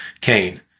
Cain